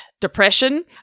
depression